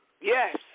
Yes